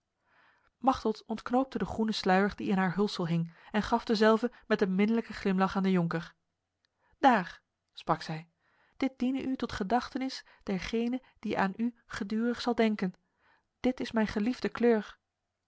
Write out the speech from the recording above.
machteld ontknoopte de groene sluier die in haar hulsel hing en gaf dezelve met een minnelijke glimlach aan de jonker daar sprak zij dit diene u tot gedachtenis dergene die aan u gedurig zal denken dit is mijn geliefde kleur